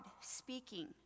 speaking